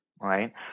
Right